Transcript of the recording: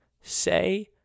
Say